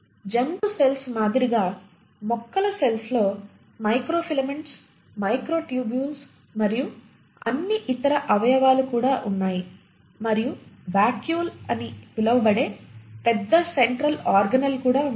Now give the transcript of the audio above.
జంతు సెల్స్ మాదిరిగా మొక్కల సెల్స్ లో మైక్రోఫిలమెంట్స్ మైక్రోటూబ్యూల్స్ మరియు అన్ని ఇతర అవయవాలు కూడా ఉన్నాయి మరియు వాక్యూల్ అని పిలువబడే పెద్ద సెంట్రల్ ఆర్గనేల్ కలిగి ఉంటుంది